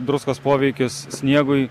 druskos poveikis sniegui